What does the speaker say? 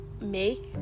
make